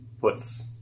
puts